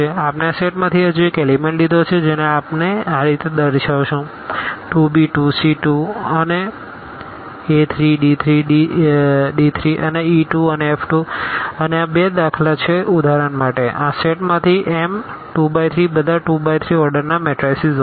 આપણે આ સેટ માં થી હજુ એક એલીમેન્ટ લીધો છે જેને આપણે આ રીતે દર્શાવશું 2 b 2 c 2 અને a 3 d 3 d 2 અને e 2 અને f 2 અને આ 2 દાખલા છે ઉદહારણ માટે આ સેટ માંથી M2×3બધા 2×3 ઓર્ડર ના મેટરાઈસીસ હોઈ છે